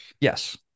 Yes